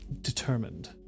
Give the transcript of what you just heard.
Determined